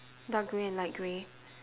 dark grey and light grey